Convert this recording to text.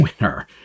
Winner